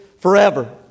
forever